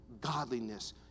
godliness